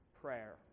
prayer